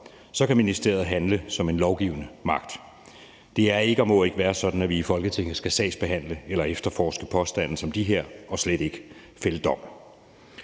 dom kan ministeriet handle som en lovgivende magt. Det er ikke og må ikke være sådan, at vi i Folketinget skal sagsbehandle eller efterforske påstande som dem her, og slet ikke fælde dom.